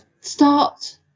start